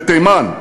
בתימן,